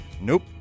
Nope